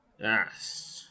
Yes